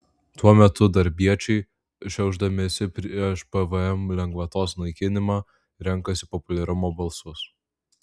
tuo metu darbiečiai šiaušdamiesi prieš pvm lengvatos naikinimą renkasi populiarumo balsus